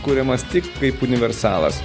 kuriamas tik kaip universalas